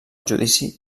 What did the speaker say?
judici